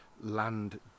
land